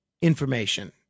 information